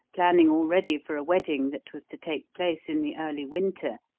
planning already for a wedding that was to take place in the early winter,